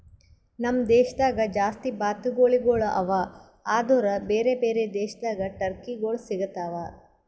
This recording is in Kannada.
ನಮ್ ದೇಶದಾಗ್ ಜಾಸ್ತಿ ಬಾತುಕೋಳಿಗೊಳ್ ಅವಾ ಆದುರ್ ಬೇರೆ ಬೇರೆ ದೇಶದಾಗ್ ಟರ್ಕಿಗೊಳ್ ಸಿಗತಾವ್